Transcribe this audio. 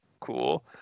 cool